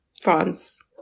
France